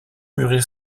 mûrir